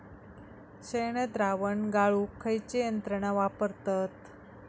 शेणद्रावण गाळूक खयची यंत्रणा वापरतत?